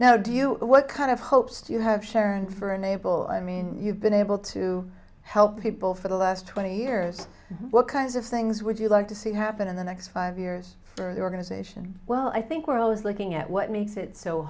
now do you what kind of hopes do you have sharon for unable i mean you've been able to help people for the last twenty years what kinds of things would you like to see happen in the next five years for the organization well i think we're always looking at what makes it so